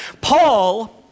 Paul